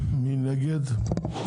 הצבעה אושר.